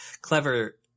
clever